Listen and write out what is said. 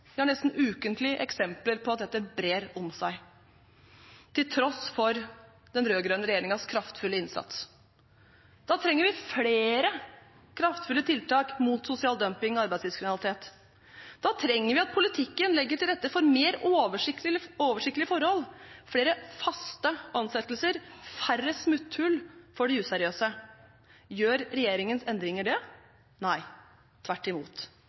Vi har nesten ukentlig eksempler på at dette brer om seg – til tross for den rød-grønne regjeringens kraftfulle innsats. Da trenger vi flere kraftfulle tiltak mot sosial dumping og arbeidslivskriminalitet. Da trenger vi at politikken legger til rette for mer oversiktlige forhold, flere faste ansettelser og færre smutthull for de useriøse. Gjør regjeringens endringer det? Nei, tvert imot.